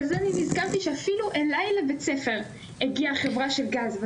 נזכרתי שאפילו אליי לבית הספר הגיעה חברה של גז.